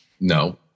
No